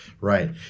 right